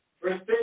First